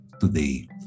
today